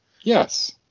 Yes